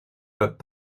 but